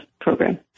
program